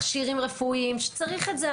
מכשירים רפואיים שצריך את זה,